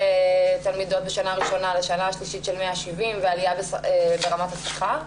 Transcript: תלמידות בשנה הראשונה לשנה שלישית של 170 ועליה ברמת השכר.